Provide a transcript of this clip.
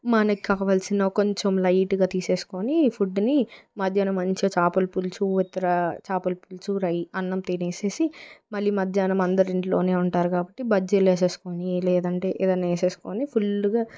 మనకు కావలసిన కొంచెం లైట్గా తీసేసుకొని ఫుడ్డుని మధ్యాహ్నం మంచిగా చేపల పులుసు తర్వాత చేపల పులుసు రై అన్నం తినేసేసి మళ్లీ మధ్యాహ్నం అందరం ఇంట్లోనే ఉంటారు కాబట్టి బజ్జీలు వేసేసుకొని లేదంటే ఏదైనా వేసేసుకొని ఫుల్లుగా